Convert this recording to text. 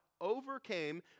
overcame